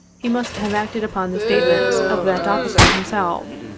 he must have acted upon the state ments of that officer himself.